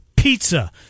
Pizza